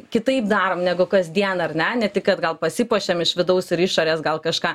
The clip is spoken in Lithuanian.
kitaip darom negu kasdien ar ne ne tik kad gal pasipuošiam iš vidaus ir išorės gal kažką